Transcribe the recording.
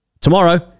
tomorrow